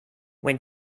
when